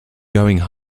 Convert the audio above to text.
going